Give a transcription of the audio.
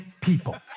people